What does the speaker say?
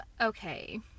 okay